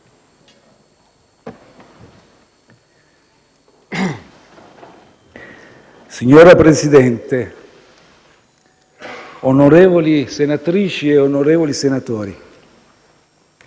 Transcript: Signor Presidente, onorevoli senatrici e onorevoli senatori,